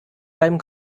deinem